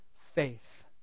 faith